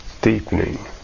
deepening